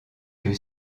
que